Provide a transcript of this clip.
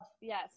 yes